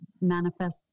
manifest